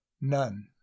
none